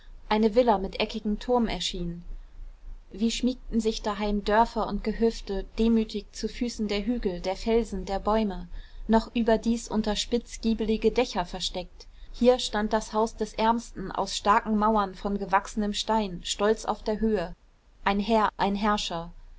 eine villa mit eckigem turm erschien wie schmiegten sich daheim dörfer und gehöfte demütig zu füßen der hügel der felsen der bäume noch überdies unter spitzgiebelige dächer versteckt hier stand das haus des ärmsten aus starken mauern von gewachsenem stein stolz auf der höhe ein herr ein herrscher